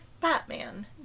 Batman